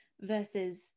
versus